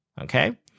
Okay